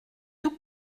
tout